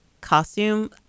costume